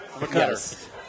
yes